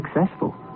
successful